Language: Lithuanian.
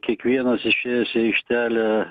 kiekvienas išėjęs į aikštelę